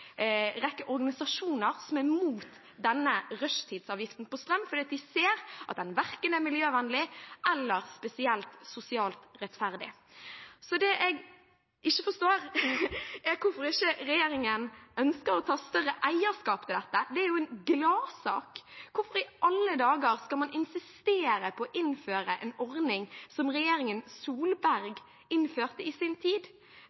rekke organisasjoner som er imot denne rushtidsavgiften på strøm, fordi de ser at den verken er miljøvennlig eller spesielt sosialt rettferdig. Så det jeg ikke forstår, er hvorfor ikke regjeringen ønsker å ta større eierskap til dette. Det er jo en gladsak. Hvorfor i alle dager skal man insistere på å innføre en ordning som regjeringen Solberg innførte i sin tid?